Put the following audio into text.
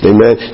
Amen